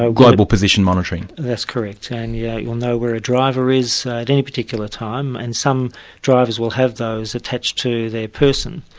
ah global position monitoring. that's correct. and yeah you'll know where a driver is at any particular time, and some drivers will have those attached to their person.